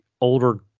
older